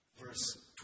verse